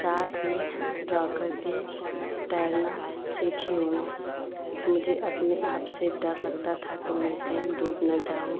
साथ में रहकर के तैरना सीखी हूँ मुझे अपने आप से डर लगता था कि मैं कहीं डूब न जाऊँ